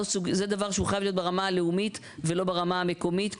זה דבר שחייב להיות ברמה הלאומית ולא ברמה המקומית,